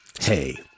Hey